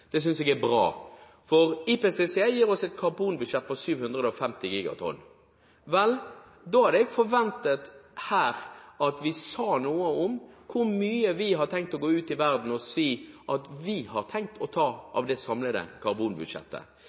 Det synes jeg er bra, for IPCC gir oss et karbonbudsjett på 750 gigatonn. Vel, da hadde jeg forventet at vi sa noe om hvor mye vi vil gå ut i verden og si at vi har tenkt å ta av det samlede karbonbudsjettet.